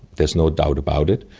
there's no doubt about it.